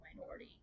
minority